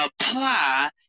apply